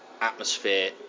atmosphere